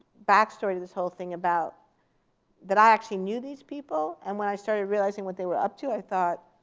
backstory to this whole thing about that i actually knew these people. and when i started realizing what they were up to i thought,